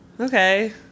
Okay